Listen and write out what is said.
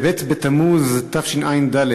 בב' בתמוז תשע"ד,